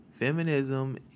Feminism